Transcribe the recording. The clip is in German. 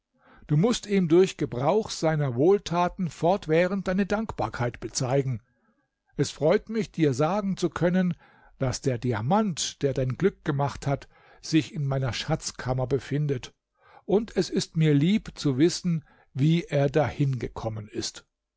du mußt ihm durch gebrauch seiner wohltaten fortwährend deine dankbarkeit bezeigen es freut mich dir sagen zu können daß der diamant der dein glück gemacht hat sich in meiner schatzkammer befindet und es ist mir lieb zu wissen wie er dahin gekommen ist